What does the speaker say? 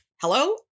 hello